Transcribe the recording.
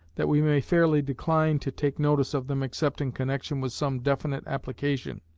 that we may fairly decline to take notice of them except in connexion with some definite application.